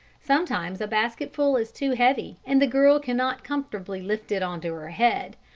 sometimes a basketful is too heavy and the girl cannot comfortably lift it on to her head,